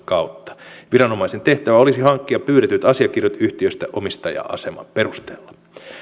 kautta viranomaisen tehtävä olisi hankkia pyydetyt asiakirjat yhtiöstä omistaja aseman perusteella